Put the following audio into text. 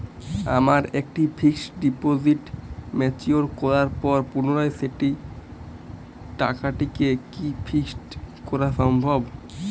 আমার একটি fixed deposit mature করার পর পুনরায় সেই টাকাটিকে কি ফিক্সড করা সম্ভব?